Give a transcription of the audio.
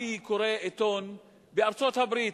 אני קורא עיתון מארצות-הברית.